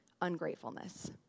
ungratefulness